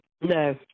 No